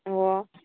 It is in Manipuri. ꯑꯣ